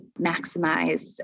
maximize